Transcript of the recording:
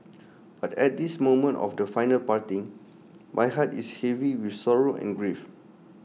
but at this moment of the final parting my heart is heavy with sorrow and grief